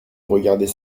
regarder